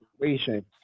situation